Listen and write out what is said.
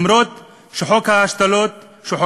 למרות שחוק השתלת איברים,